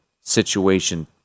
situation